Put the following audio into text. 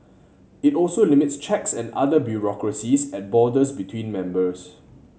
it also limits checks and other bureaucracies at borders between members